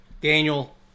Daniel